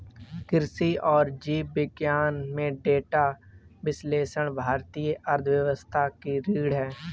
कृषि और जीव विज्ञान में डेटा विश्लेषण भारतीय अर्थव्यवस्था की रीढ़ है